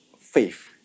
faith